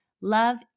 love